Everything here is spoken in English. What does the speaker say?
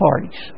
parties